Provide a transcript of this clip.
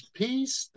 peace